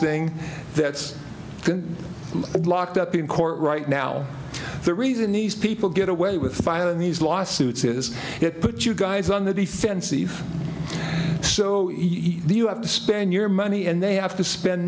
thing that's been locked up in court right now the reason these people get away with filing these lawsuits is it put you guys on the defensive so you have to spend your money and they have to spend